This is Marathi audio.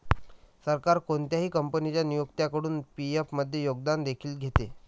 सरकार कोणत्याही कंपनीच्या नियोक्त्याकडून पी.एफ मध्ये योगदान देखील घेते